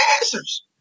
answers